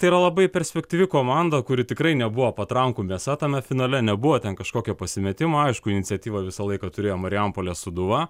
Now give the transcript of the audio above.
tai yra labai perspektyvi komanda kuri tikrai nebuvo patrankų mėsa tame finale nebuvo ten kažkokio pasimetimo aišku iniciatyvą visą laiką turėjo marijampolės sūduva